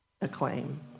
acclaim